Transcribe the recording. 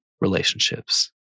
relationships